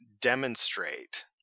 demonstrate